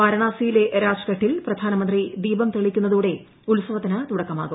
വാരണാസിയിലെ രാജ്ഘട്ടിൽ പ്രധാന മന്ത്രി ദീപം തെളിക്കുന്നതോടെ ഉത്സവത്തിനു തുടക്കമാവും